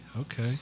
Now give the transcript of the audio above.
okay